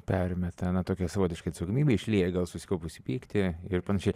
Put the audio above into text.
permeta na tokią savotišką atsakomybę išliedavo susikaupusį pyktį ir panašiai